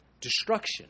Destruction